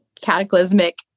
cataclysmic